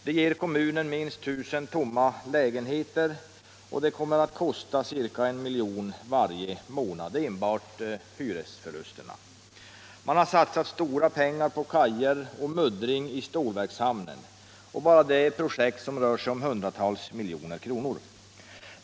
Det ger kommunen minst 1 000 tomma lägenheter, och enbart hyresförlusterna kommer att kosta ca 1 milj.kr. varje månad. Man har satsat stora pengar på kajer och muddring i stålverkshamnen. Bara det är ett projekt som rör sig om hundratals miljoner.